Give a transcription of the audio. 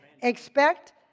Expect